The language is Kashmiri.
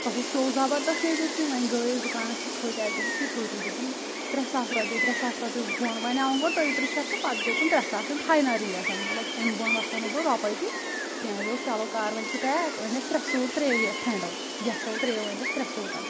تَتھ اوس شو زِبردَست نٮ۪بٕرۍ کِنۍ وۄنۍ گٔے أسۍ دُکانَس پٮ۪ٹھ کھٔتۍ أسہِ دوٚپُس یہِ کۭتِس دوٚپُن ترٛےٚ ساس رۄپیہِ ترٛےٚ ساس رۄپیہِ بوٚن وَنیاوُن گوٚڈٕ ترٛیہِ تٕرٕہ شیٚتھ تہٕ پتہٕ دوٚپُن ترٛےٚ ساس وَۄنۍ فاینٕل ریٹ مطلَب امہِ بوٚن وَسہو نہٕ بہٕ رۄپے تہٕ کیٚنٛہہ اسۍ دوٚپُس چَلو کَر وۄنۍ ژٕ پیک أنۍ اسۍ ترٛےٚ سوٗٹ ترٛیو فرٛٮ۪نٛڈٕو یَسٕو ترٛییٕو أنۍ اسہِ ترٛےٚ سوٗٹ